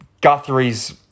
Guthrie's